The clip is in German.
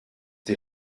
die